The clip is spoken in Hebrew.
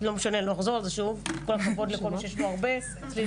גם אפידורל לא עזר לי, סבלתי במשך